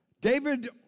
David